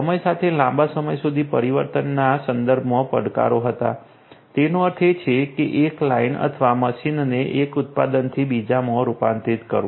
સમય સાથે લાંબા સમય સુધી પરિવર્તનના સંદર્ભમાં પડકારો હતા તેનો અર્થ એ છે કે એક લાઇન અથવા મશીનને એક ઉત્પાદનથી બીજામાં રૂપાંતરિત કરવું